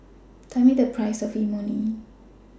Tell Me The Price of Imoni